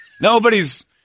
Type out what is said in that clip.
Nobody's